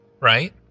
right